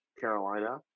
Carolina